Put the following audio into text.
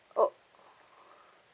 oh